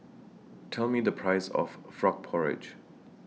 Tell Me The Price of Frog Porridge